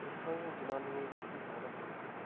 इत्थुआं दी जनानियें जेह्का सारे हा बड्डी